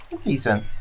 decent